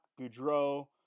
Goudreau